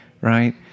right